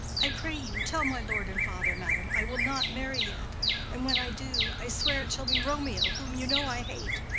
i pray you tell my lord and father, madam, i will not marry yet and when i do, i swear it shall be romeo, whom you know i hate,